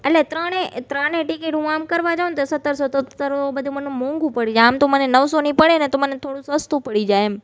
એટલે ત્રણે ત્રણે ટિકિટ હું આમ કરવા જાઉં તો સત્તરસો તો બધુ મને મોંઘુ પડી જાય આમ તો મને નવસોની પડે ને તો મને થોડું સસ્તું પડી જાય એમ